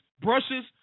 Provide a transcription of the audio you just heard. brushes